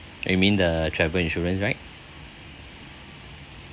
you mean the travel insurance right